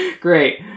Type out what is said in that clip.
Great